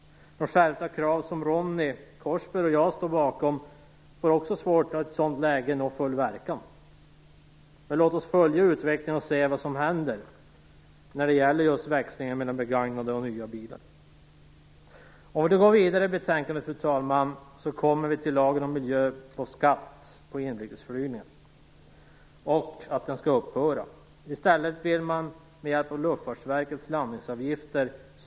De skärpta krav som Ronny Korsberg och jag står bakom får också i ett sådant läge svårt att nå full verkan. Så låt oss följa utvecklingen och se vad som händer när det gäller växlingen mellan begagnade och nya bilar. Om vi går vidare i betänkandet, fru talman, kommer vi till upphävandet av lagen om miljöskatt på inrikesflyget. Man vill i stället styra kostnaderna för utsläppen med hjälp av Luftfartsverkets landningsavgifter.